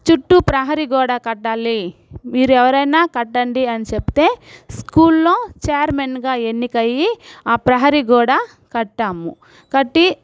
చుట్టూ ప్రహరీ గోడ కట్టాలి మీరెవరైనా కట్టండి అని చెపితే స్కూల్లో ఛైర్మెన్గా ఎన్నికయ్యి ఆ ప్రహరీ గోడ కట్టాము కట్టి